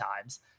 times